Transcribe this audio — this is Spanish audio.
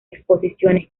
exposiciones